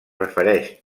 refereix